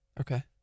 Okay